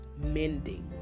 Mending